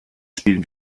spielen